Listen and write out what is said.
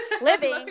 living